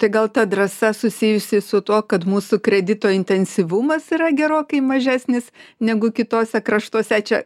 tai gal ta drąsa susijusi su tuo kad mūsų kredito intensyvumas yra gerokai mažesnis negu kituose kraštuose čia